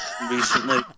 recently